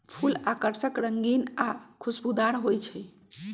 फूल आकर्षक रंगीन आ खुशबूदार हो ईछई